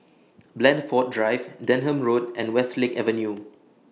Blandford Drive Denham Road and Westlake Avenue